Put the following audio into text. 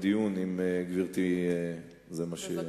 אם זה מה שמציעים.